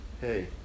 hey